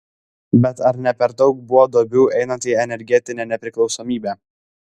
bet ar ne per daug buvo duobių einant į energetinę nepriklausomybę